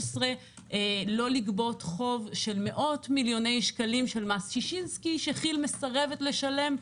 לא לגבות חוב של מאות-מיליוני שקלים של מס ששינסקי שכי"ל מסרבת לשלם,